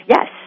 Yes